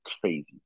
crazy